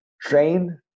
train